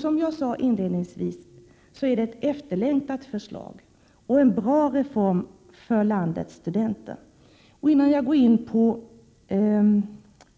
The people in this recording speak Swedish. Som jag sade inledningsvis är det ett efterlängtat förslag och en bra reform för landets studenter. Innan jag går in på